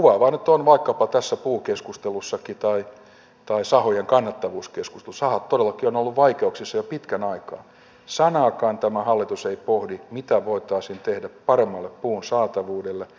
kuvaavaa nyt on vaikkapa tässä puukeskustelussakin tai sahojen kannattavuuskeskustelussa kun sahat todellakin ovat olleet vaikeuksissa jo pitkän aikaa että sanaakaan tämä hallitus ei pohdi mitä voitaisiin tehdä paremmalle puun saatavuudelle ja tälle puun hinnalle